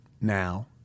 now